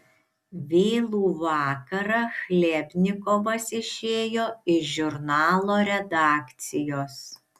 vėlų vakarą chlebnikovas išėjo iš žurnalo redakcijos